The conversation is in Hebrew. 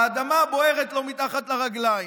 האדמה בוערת לו מתחת לרגליים.